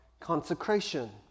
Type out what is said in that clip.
Consecration